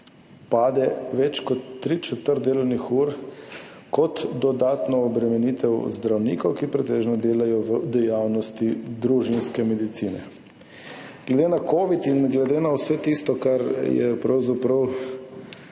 pade več kot tri četrt delovnih ur kot dodatna obremenitev zdravnikov, ki pretežno delajo v dejavnosti družinske medicine. Glede na covid in glede na vse tisto, kar je pravzaprav